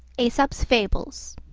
aesop's fables